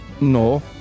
No